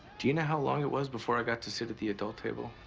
do you know how long it was before i got to sit at the adult table?